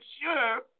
sure